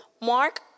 Mark